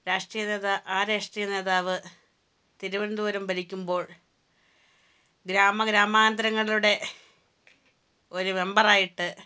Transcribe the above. രാഷ്ട്രീയ നേതാ ആ രാഷ്ട്രീയ നേതാവ് തിരുവനന്തപുരം ഭരിക്കുമ്പോൾ ഗ്രാമ ഗ്രാമാന്തരങ്ങളുടെ ഒരു മെമ്പറായിട്ട്